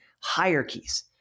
hierarchies